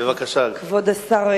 כבוד השר,